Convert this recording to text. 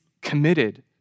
committed